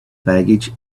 baggage